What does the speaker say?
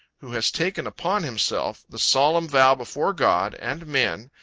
who has taken upon himself the solemn vow before god and men,